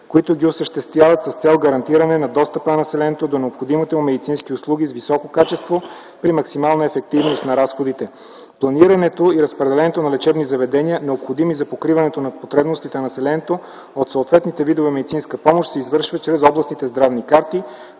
които ги осъществяват с цел гарантиране на достъпа на населението до необходимите медицински услуги с високо качество при максимална ефективност на разходите. Планирането и разпределението на лечебни заведения, необходими за покриване на потребностите на населението от съответните видове медицинска помощ, се извършва чрез областните здравни карти,